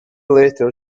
later